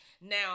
Now